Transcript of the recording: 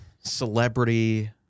celebrity